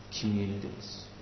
communities